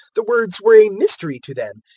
the words were a mystery to them,